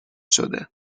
شده